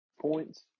points